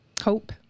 hope